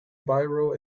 biro